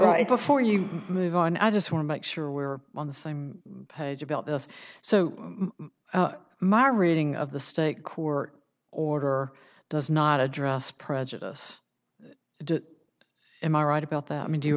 right before you move on i just want to make sure we are on the same page about this so maher reading of the state court order does not address prejudice to him are right about that i mean do you